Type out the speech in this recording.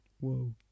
Whoa